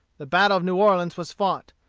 the battle of new orleans was fought.